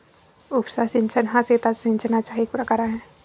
उपसा सिंचन हा शेतात सिंचनाचा एक प्रकार आहे